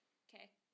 okay